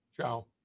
ciao